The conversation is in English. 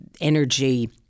energy